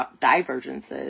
divergences